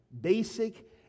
basic